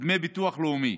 דמי ביטוח לאומי,